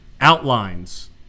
outlines